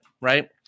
right